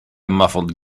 muffled